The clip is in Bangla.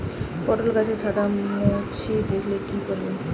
পটলে গাছে সাদা মাছি দেখালে কি করতে হবে?